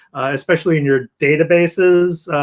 especially in your databases,